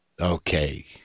Okay